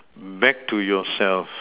back to yourself